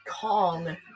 Kong